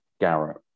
Garrett